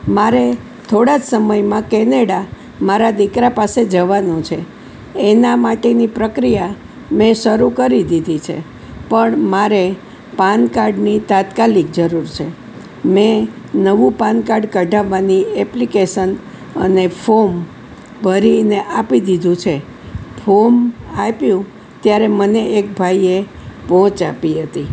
મારે થોડાં જ સમયમાં કેનેડા મારા દીકરા પાસે જવાનું છે એના માટેની પ્રક્રિયા મેં શરૂ કરી દીધી છે પણ મારે પાન કાર્ડની તાત્કાલિક જરૂર છે મેં નવું પાન કાર્ડ કઢાવવાની એપ્લિકેશન અને ફોમ ભરીને આપી દીધું છે ફોમ આપ્યું ત્યારે મને એક ભાઈએ પહોંચ આપી હતી